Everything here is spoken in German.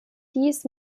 dies